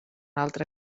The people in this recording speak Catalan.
altre